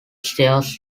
chairs